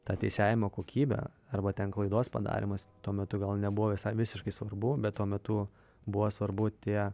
ta teisėjavimo kokybė arba ten klaidos padarymas tuo metu gal nebuvo visai visiškai svarbu bet tuo metu buvo svarbu tie